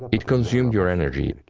it consumed your energy,